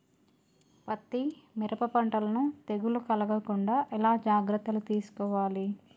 పత్తి మిరప పంటలను తెగులు కలగకుండా ఎలా జాగ్రత్తలు తీసుకోవాలి?